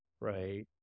right